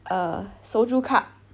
uh soju cup